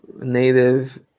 native